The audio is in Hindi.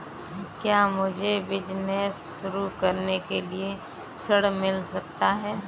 क्या मुझे बिजनेस शुरू करने के लिए ऋण मिल सकता है?